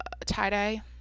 tie-dye